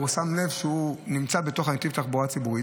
הוא שם לב שהוא נמצא בנתיב התחבורה הציבורית,